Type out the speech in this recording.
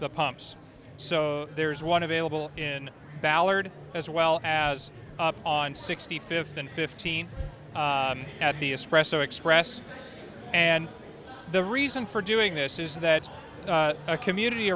the pumps so there's one available in ballard as well as on sixty fifth and fifteen at the express so express and the reason for doing this is that a community